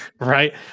Right